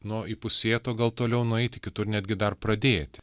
nu įpusėt o gal toliau nueiti kitur netgi dar pradėti